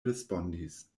respondis